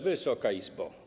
Wysoka Izbo!